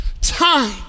time